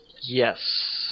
Yes